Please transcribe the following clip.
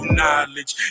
knowledge